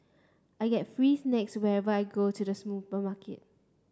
I get free snacks whenever I go to the supermarket